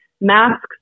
masks